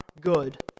good